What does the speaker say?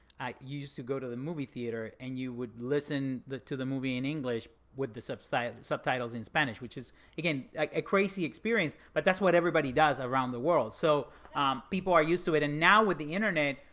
i used to go to the movie theater and you would listen to the movie in english with the subtitles subtitles in spanish, which is again like a crazy experience, but that's what everybody does around the world. so people are used to it. and now with the internet,